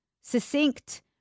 succinct